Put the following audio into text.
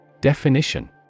Definition